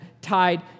tied